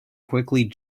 quickly